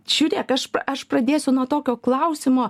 žiūrėk aš aš pradėsiu nuo tokio klausimo